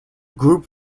group